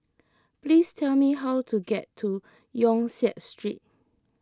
please tell me how to get to Yong Siak Street